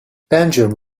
benjamin